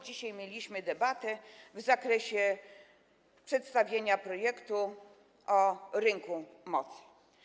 Dzisiaj mieliśmy debatę w zakresie przedstawienia projektu ustawy o rynku mocy.